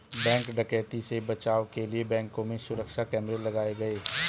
bank डकैती से बचाव के लिए बैंकों में सुरक्षा कैमरे लगाये गये